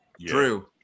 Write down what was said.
Drew